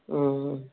ಹ್ಞೂ ಹ್ಞು